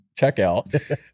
checkout